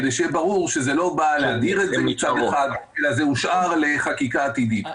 כדי שיהיה ברור שזה לא בא להדיר את זה אלא זה הושאר לחקיקה עתידית.